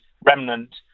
remnant